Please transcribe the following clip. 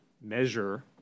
measure